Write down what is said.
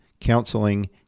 counseling